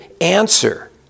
answer